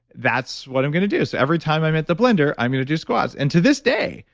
that's what i'm going to do. so every time i met the blender i'm going to do squats. and to this day,